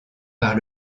par